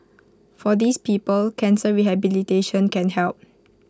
for these people cancer rehabilitation can help